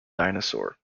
dinosaur